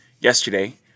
Yesterday